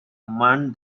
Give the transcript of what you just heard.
among